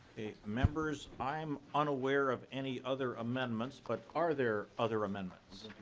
members i'm unaware of any other amendments but are there other amendment?